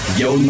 yo